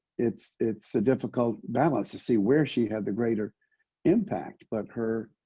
it's it's a difficult balance to see where she had the greater impact. but her